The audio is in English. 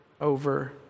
over